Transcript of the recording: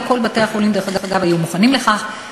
לא כל בתי-החולים, דרך אגב, היו מוכנים לכך.